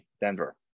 Denver